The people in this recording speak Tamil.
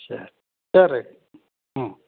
சரி சரி ரைட் ம்